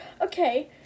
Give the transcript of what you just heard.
okay